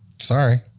Sorry